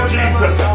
Jesus